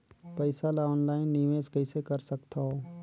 पईसा ल ऑनलाइन निवेश कइसे कर सकथव?